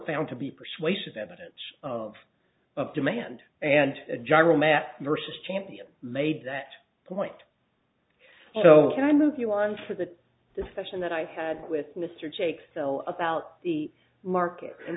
found to be persuasive evidence of of demand and a general matter versus champion made that point so can i move you on for the discussion that i had with mr jakes about the market in